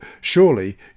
surely